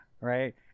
right